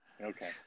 Okay